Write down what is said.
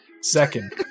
Second